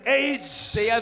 age